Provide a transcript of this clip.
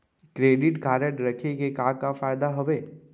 Credit card रखे के का का फायदा हवे?